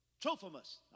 Trophimus